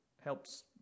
helps